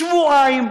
שבועיים.